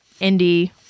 indie